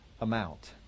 amount